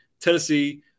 Tennessee